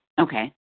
Okay